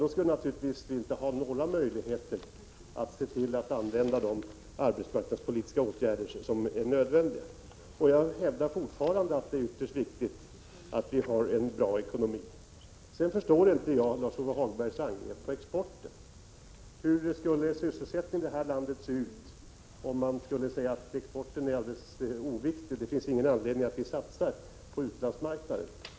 Då skulle vi naturligtvis inte ha några möjligheter att sätta in nödvändiga arbetsmarknadspolitiska åtgärder. Jag hävdar fortfarande att det är ytterst viktigt att vi har en bra ekonomi. Jag förstår inte Lars-Ove Hagbergs angrepp på exporten. Hur skulle sysselsättningen i detta land se ut, om vi sade att exporten var oviktig och att det inte fanns någon anledning att satsa på utlandsmarknaden?